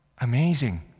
Amazing